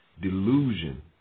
delusion